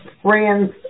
Friends